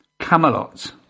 Camelot